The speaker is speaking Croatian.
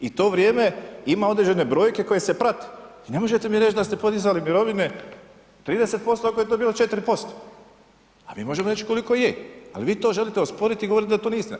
I to vrijeme ima određene brojke koje se prate i ne možete mi reć da ste podizali mirovine 30% ako je to bilo 4%, a mi možemo reć koliko je, al vi to želite osporiti i govorite da to nije istina.